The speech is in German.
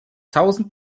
tausend